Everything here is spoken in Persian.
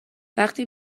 وقتی